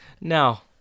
now